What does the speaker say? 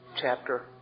chapter